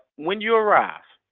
when you arrive,